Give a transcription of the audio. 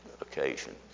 occasion